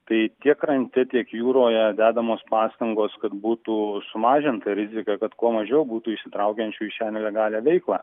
tai tiek krante tiek jūroje dedamos pastangos kad būtų sumažinta rizika kad kuo mažiau būtų įsitraukiančių į šią nelegalią veiklą